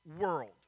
world